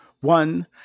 One